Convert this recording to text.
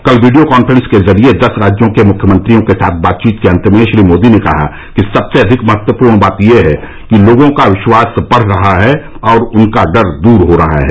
कल video conference के जरिये दस राज्यों के मुख्यमंत्रियों के साथ बातचीत के अन्त में श्री मोदी ने कहा कि सबसे अधिक महत्वपूर्ण बात ये है कि लोगों का विश्वास बढ़ रहा है और उतना डर दूर हो रहा है